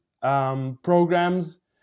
programs